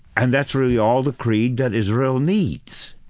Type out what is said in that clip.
and that's really all the creed that israel needs.